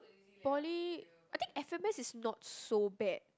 poly I think F_M_S is not so bad